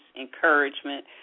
encouragement